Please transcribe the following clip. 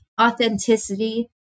authenticity